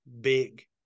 big